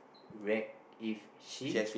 react if she